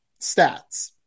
stats